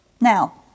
Now